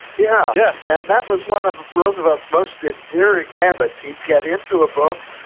yeah yeah that that was one of roosevelt's most endearing habits. he'd get into a book